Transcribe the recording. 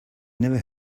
never